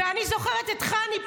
ואני זוכרת את חני,